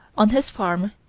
on his farm,